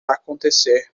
acontecer